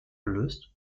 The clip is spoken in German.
gelöst